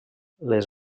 les